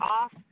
off